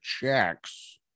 checks